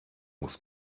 muss